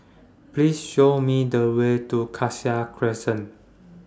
Please Show Me The Way to Cassia Crescent